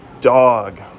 dog